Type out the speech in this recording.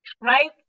right